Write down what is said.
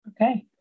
Okay